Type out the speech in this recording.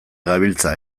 gabiltza